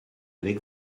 avec